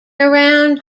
around